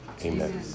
amen